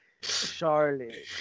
Charlotte